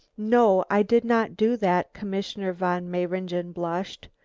no, i did not do that. commissioner von mayringen blushed,